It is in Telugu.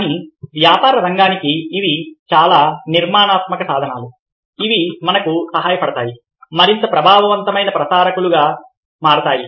కానీ వ్యాపార రంగానికి ఇవి చాలా నిర్మాణాత్మక సాధనాలు ఇవి మనకు సహాయపడతాయి మరింత ప్రభావవంతమైన ప్రసారకులుగా మారతాయి